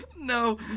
no